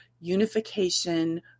unification